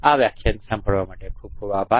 આ વ્યાખ્યાન સાંભળવા માટે ખૂબ ખૂબ આભાર